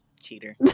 Cheater